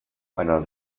einer